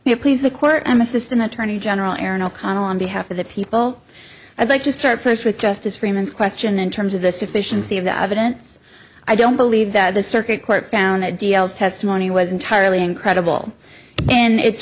police please the court i am assistant attorney general aaron o'connell on behalf of the people i'd like to start first with justice freeman's question in terms of the sufficiency of the evidence i don't believe that the circuit court found that details testimony was entirely incredible and it